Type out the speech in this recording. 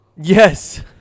Yes